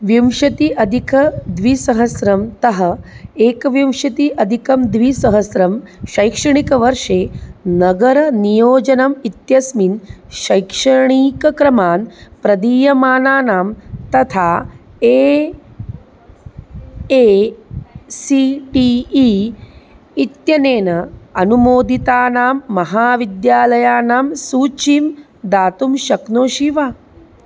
विंशति अधिकद्विसहस्रतः एकविंशति अधिकं द्विसहस्रं शैक्षणिकवर्षे नगरनियोजनम् इत्यस्मिन् शैक्षणिकक्रमान् प्रदीयमानानां तथा A I C T E इत्यनेन अनुमोदितानां महाविद्यालयानां सूचीं दातुं शक्नोषि वा